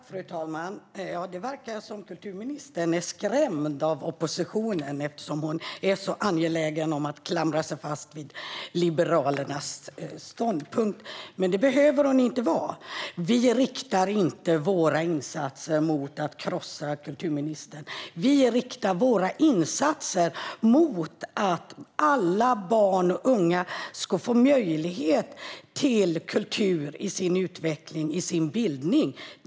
Fru talman! Det verkar som att kulturministern är skrämd av oppositionen eftersom hon är så angelägen om att klamra sig fast vid Liberalernas ståndpunkt. Det behöver hon dock inte vara. Vi riktar inte våra insatser mot att krossa kulturministern, utan vi riktar våra insatser mot att alla barn och unga ska få möjlighet till kultur i sin utveckling och bildning.